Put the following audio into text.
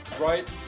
right